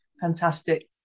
fantastic